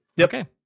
Okay